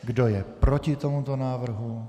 Kdo je proti tomuto návrhu?